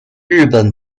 日本